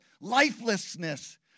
lifelessness